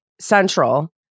Central